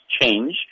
change